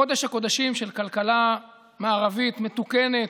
קודש הקודשים של כלכלה מערבית מתוקנת,